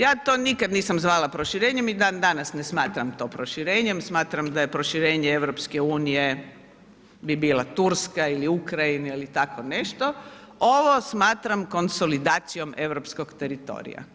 Ja to nikad nisam zvala proširenjem i dandanas ne smatram to proširenjem, smatram da je proširenje EU-a bi bila Turska ili Ukrajina ili tako nešto, ovo smatram konsolidacijom europskog teritorija.